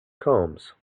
combs